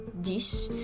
dish